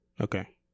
Okay